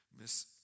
miss